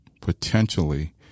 potentially